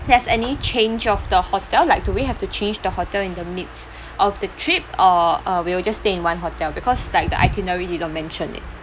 there's any change of the hotel like do we have to change the hotel in the midst of the trip or uh we will just stay in one hotel because like the itinerary you don't mention it